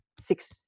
six